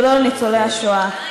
ולא לניצולי השואה.